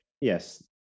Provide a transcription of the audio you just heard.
yes